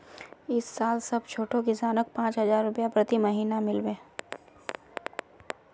इस साल सब छोटो किसानक पांच हजार रुपए प्रति महीना मिल बे